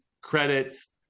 credits